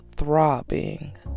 throbbing